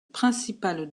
principales